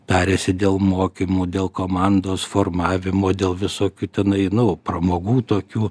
tariasi dėl mokymų dėl komandos formavimo dėl visokių tenai nu pramogų tokių